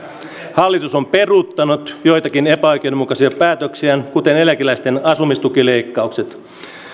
hallitus on peruuttanut joitakin epäoikeudenmukaisia päätöksiään kuten eläkeläisten asumistukileikkaukset